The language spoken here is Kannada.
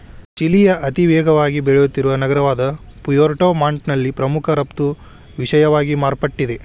ಚಿಲಿಯ ಅತಿವೇಗವಾಗಿ ಬೆಳೆಯುತ್ತಿರುವ ನಗರವಾದಪುಯೆರ್ಟೊ ಮಾಂಟ್ನಲ್ಲಿ ಪ್ರಮುಖ ರಫ್ತು ವಿಷಯವಾಗಿ ಮಾರ್ಪಟ್ಟಿದೆ